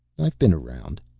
i've been around.